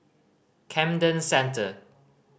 Camden Centre